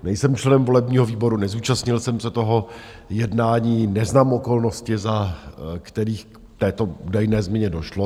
Nejsem členem volebního výboru, nezúčastnil jsem se toho jednání, neznám okolnosti, za kterých k této údajné změně došlo.